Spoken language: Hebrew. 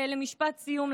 במשפט סיום,